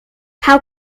how